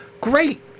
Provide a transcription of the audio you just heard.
Great